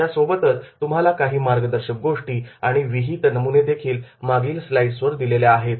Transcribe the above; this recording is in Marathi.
यासोबतच तुम्हाला काही मार्गदर्शक गोष्टी आणि विहीत नमुने देखील मागील स्लाईड्सवर दिलेल्या आहेत